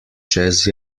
čez